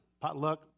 Potluck